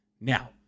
Now